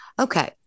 Okay